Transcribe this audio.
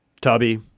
Tubby